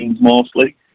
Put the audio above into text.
mostly